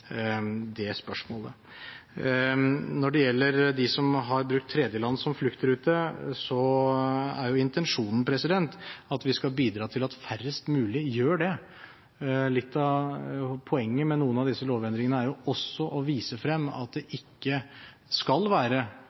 det spørsmålet. Når det gjelder de som har brukt tredjeland som fluktrute, er jo intensjonen at vi skal bidra til at færrest mulig gjør det. Litt av poenget med noen av disse lovendringene er jo også å vise frem at det ikke skal være